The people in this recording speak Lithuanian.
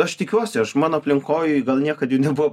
aš tikiuosi aš mano aplinkoj gal niekad jų nebuvo